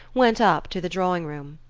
went up to the drawing-room.